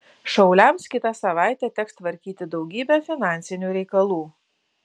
šauliams kitą savaitę teks tvarkyti daugybę finansinių reikalų